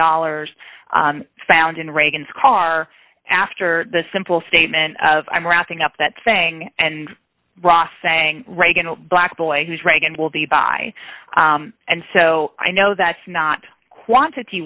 dollars found in reagan's car after the simple statement of i'm wrapping up that thing and ross saying reagan black boy who's reagan will be by and so i know that's not quantity